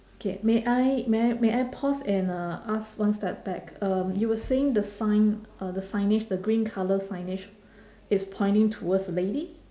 K may I may I may I pause and uh ask one step back um you were saying the sign uh the signage the green colour signage is pointing towards the lady